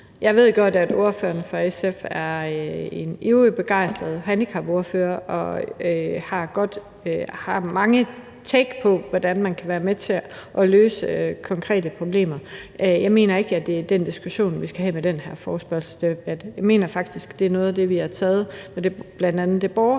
Jeg ved godt, at ordføreren for SF er en ivrig og begejstret handicapordfører og har mange forslag til, hvordan man kan være med til at løse konkrete problemer. Jeg mener ikke, at det er den diskussion, vi skal have med den her forespørgselsdebat. Jeg mener faktisk, at det er noget af det, vi har taget med bl.a. borgerforslaget